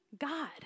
god